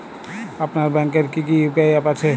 আপনার ব্যাংকের কি কি ইউ.পি.আই অ্যাপ আছে?